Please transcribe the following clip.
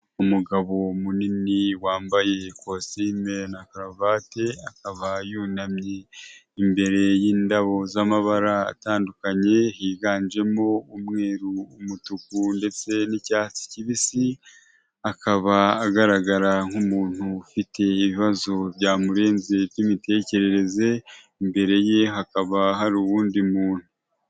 Umugabo munini wambaye ikosi na karuvati akaba yunamye imbere y'indabo z'amabara atandukanye higanjemo umweru ,umutuku ndetse n'icyatsi kibisi ,akaba agaragara nk'umuntu ufite ibibazo by'imitekerereze imbere ye hakaba hari uwundi muntu.